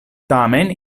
tamen